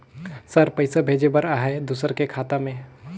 Sir पइसा भेजे बर आहाय दुसर के खाता मे?